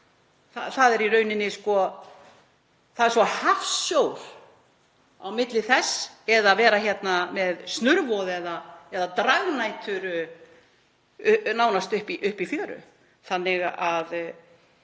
Það er hafsjór á milli þess eða að vera hérna með snurvoð eða dragnætur nánast upp í fjöru.